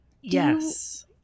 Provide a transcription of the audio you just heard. Yes